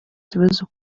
kibazo